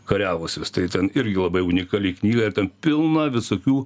kariavusius tai ten irgi labai unikali knyga ir ten pilna visokių